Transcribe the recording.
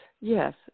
yes